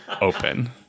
open